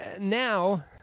now